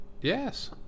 Yes